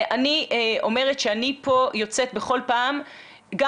אני אומרת שאני פה יוצאת בכל פעם גם